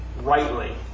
rightly